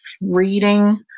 reading